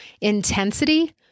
intensity